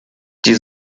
die